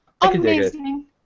Amazing